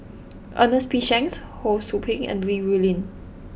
Ernest P Shanks Ho Sou Ping and Li Rulin